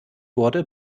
wurde